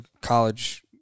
college